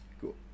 Cool